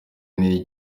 niyo